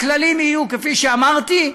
הכללים יהיו כפי שאמרתי.